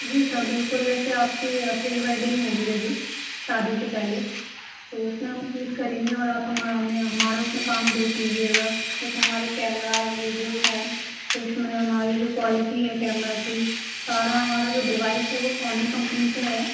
जी sir बिल्कुल जैसे आपकी प्री वेडिंग होगी अभी शादी से पहले तो उस में हम सूट करेंगे और आप हमें हमारा उस में काम देख लीजिएगा जैसे हमारे कैमराज़ विडियोज़ हैं तो उस में हमारी जो क्वालिटी है कैमरा की सारा हमारा जो डिवाइस है वो सोनी कम्पनी से है